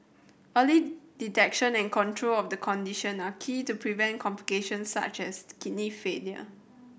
early detection and control of the condition are key to preventing complications such as kidney failure